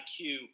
IQ